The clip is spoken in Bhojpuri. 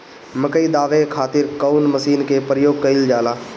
मकई दावे खातीर कउन मसीन के प्रयोग कईल जाला?